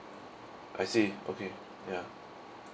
I see okay ya